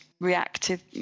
reactive